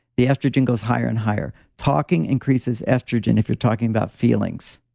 the estrogen goes higher and higher. talking increases estrogen if you're talking about feelings.